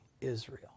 Israel